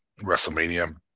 WrestleMania